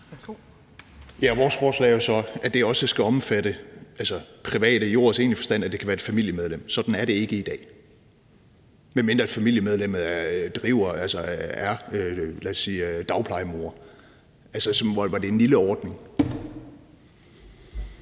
vores forslag er jo så, at det også skal omfatte private i ordets egentlige forstand, sådan at det også kan være et familiemedlem. Sådan er det ikke i dag, medmindre familiemedlemmet er, lad os sige dagplejemor, altså at det er en lille ordning.